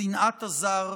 בשנאת הזר,